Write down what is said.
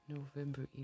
November